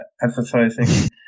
advertising